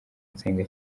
nsenga